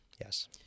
Yes